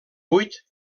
vuit